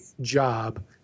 job